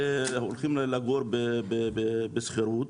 והולכים לגור בשכירות,